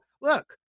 Look